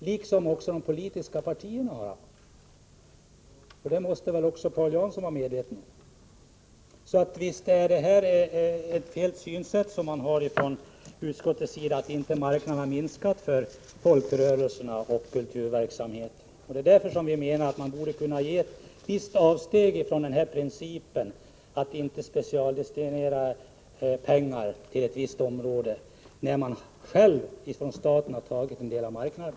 Detta gäller även de politiska partierna, och det måste väl Paul Jansson vara medveten om. Det är därför felaktigt när utskottet gör gällande att marknaden i detta avseende inte har minskat för folkrörelserna och kulturverksamheten. Det är därför vi anser att man borde kunna göra ett litet avsteg från principen att inte specialdestinera pengar till ett visst område. Staten har ju själv tagit en del av marknaden.